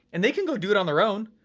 and they can go do it on their own,